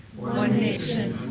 one nation